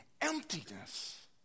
Emptiness